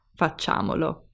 facciamolo